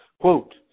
Quote